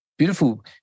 beautiful